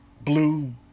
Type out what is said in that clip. blue